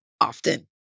often